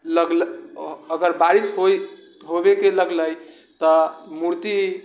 लगले अगर बारिश होइ होवैके लगले तऽ मूर्ति